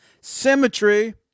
symmetry